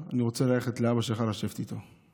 אני רוצה ללכת לאבא שלך לשבת איתו.